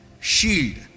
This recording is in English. Shield